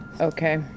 okay